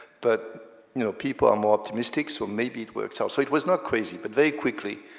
but you know people are more optimistic, so maybe it works out, so it was not crazy, but very quickly,